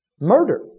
Murder